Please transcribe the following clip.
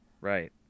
Right